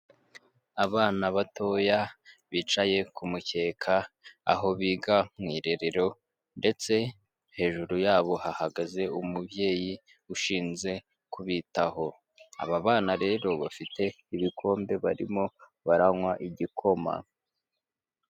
Abana batoya bicaye kumukeka aho biga mu irerero ndetse hejuru yabo hahagaze umubyeyi ushinze kubitaho, aba bana rero bafite ibikombe barimo baranywa igikoma.